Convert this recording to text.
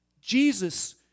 Jesus